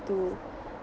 to